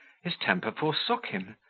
his temper forsook him,